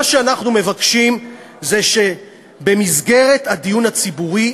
מה שאנחנו מבקשים זה שבמסגרת הדיון הציבורי,